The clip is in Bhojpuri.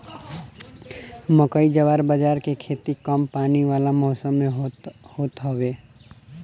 मकई, जवार बजारा के खेती कम पानी वाला मौसम में होत हवे